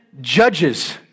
judges